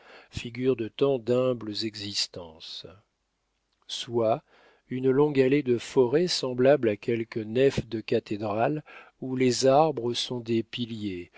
figure de tant d'humbles existences soit une longue allée de forêt semblable à quelque nef de cathédrale où les arbres sont des piliers